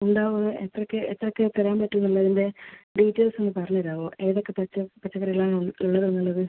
ഉണ്ടാവുക എത്രക്ക് എത്രക്ക് തരാൻ പറ്റുമെന്ന് ഉള്ളതിൻ്റെ ഡീറ്റെയിൽസ് ഒന്ന് പറഞ്ഞ് തരാമോ ഏതൊക്കെ പച്ച പച്ചക്കറികളാണ് ഉള്ളത് എന്ന് ഉള്ളത്